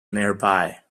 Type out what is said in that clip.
nearby